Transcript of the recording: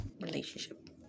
Relationship